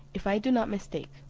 if i do not mistake,